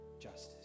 justice